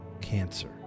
cancer